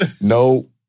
No